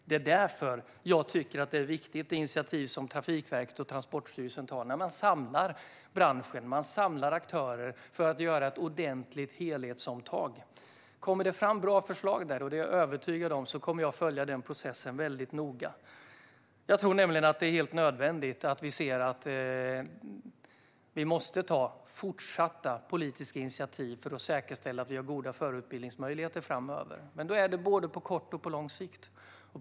Det är därför jag tycker att det initiativ som Trafikverket och Transportstyrelsen tar är viktigt. Man samlar branschen och aktörer för att göra ett ordentligt helhetsomtag. Kommer det fram bra förslag där - och det är jag övertygad om - kommer jag att följa processen väldigt noga. Jag tror nämligen att det är helt nödvändigt att se att vi måste ta fortsatta politiska initiativ för att säkerställa att vi har goda förarutbildningsmöjligheter framöver. Det gäller dock både på kort sikt och på lång sikt.